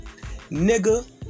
Nigga